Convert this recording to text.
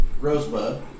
Rosebud